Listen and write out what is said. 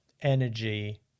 energy